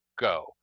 go